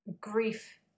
grief